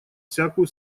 всякую